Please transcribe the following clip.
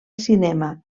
cinema